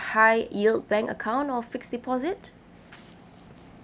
high-yield bank account or fixed deposit